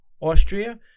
Austria